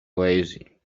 lazy